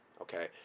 Okay